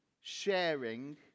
sharing